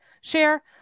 share